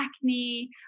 acne